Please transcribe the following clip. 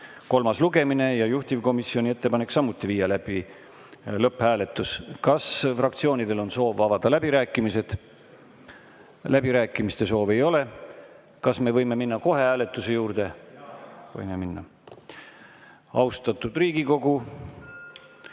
kolmas lugemine. Juhtivkomisjoni ettepanek on samuti viia läbi lõpphääletus. Kas fraktsioonidel on soovi avada läbirääkimised? Läbirääkimiste soovi ei ole. Kas me võime minna kohe hääletuse juurde minna? (Saalist